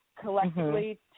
collectively